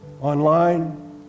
Online